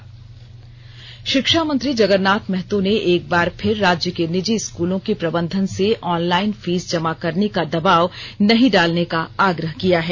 षिक्षामंत्री जगरनाथ महतो ने एक बार फिर राज्य के निजी स्कूलों के प्रबंधन से ऑनलाइन फीस जमा करने का दबाव नहीं डालने का आग्रह किया है